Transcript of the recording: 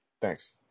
Thanks